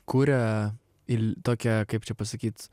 kuria ir tokią kaip čia pasakyt